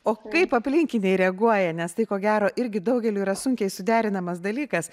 o kaip aplinkiniai reaguoja nes tai ko gero irgi daugeliui yra sunkiai suderinamas dalykas